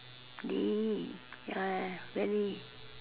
be ya really